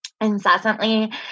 incessantly